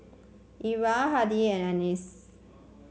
Era Hardy and Annis